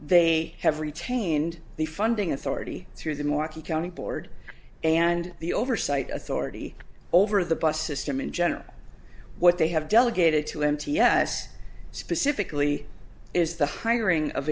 they have retained the funding authority through the marquis county board and the oversight authority over the bus system in general what they have delegated to m t s specifically is the hiring of